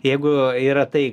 jeigu yra tai